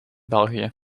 belgië